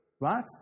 Right